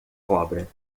cobra